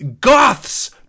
goths